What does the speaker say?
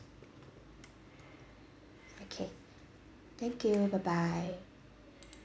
okay thank you bye bye